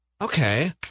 okay